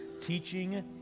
teaching